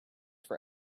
for